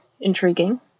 intriguing